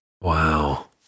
Wow